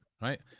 right